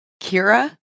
Kira